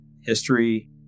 history